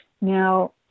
Now